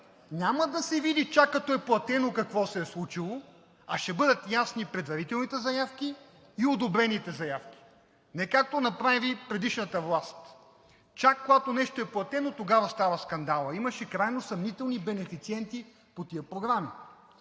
няма да се види чак когато е платено, какво се е случило, а ще бъдат ясни предварителните заявки и одобрените заявки, а не както направи предишната власт. Чак когато нещо е платено, тогава става скандалът. Имаше крайно съмнителни бенефициенти по тези програми.